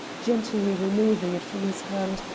gently removing it from his hand,